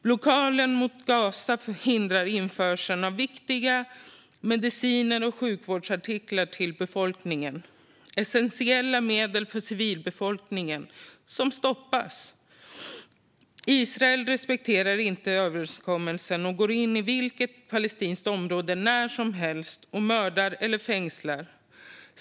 Blockaden mot Gaza hindrar införsel av mediciner och sjukvårdsartiklar till befolkningen - essentiella medel för civilbefolkningen som stoppas. Israel respekterar inte överenskommelser och går in i vilket palestinskt område som helst, när som helst, och mördar eller fängslar.